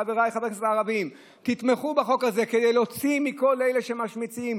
חבריי חברי הכנסת הערבים: תתמכו בחוק הזה כדי להוציא מכל אלה שמשמיצים,